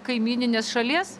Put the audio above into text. kaimyninės šalies